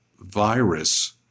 virus